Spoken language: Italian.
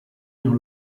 non